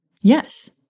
Yes